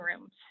rooms